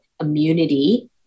immunity